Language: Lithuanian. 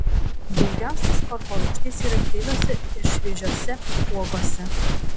daugiausia askorbo rūgšties yra kiviuose ir šviežiose uogose